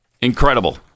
Incredible